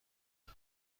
کنم